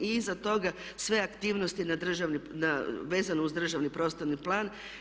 I iza toga sve aktivnosti vezano uz državni prostorni plan.